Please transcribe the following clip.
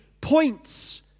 points